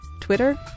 Twitter